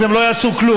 אז הם לא יעשו כלום.